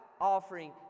offering